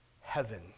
heaven